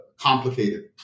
Complicated